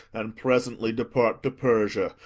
and presently depart to persia,